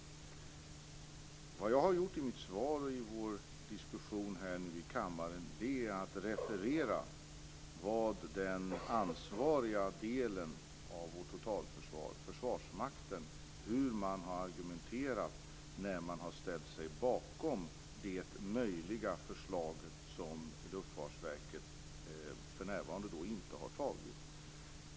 Det som jag har gjort i mitt svar och vid vår diskussion här i kammaren är att referera hur den ansvariga delen av vårt totalförsvar, Försvarsmakten, har argumenterat när den har ställt sig bakom det möjliga förslag som Luftfartsverket ännu inte har fattat beslut om.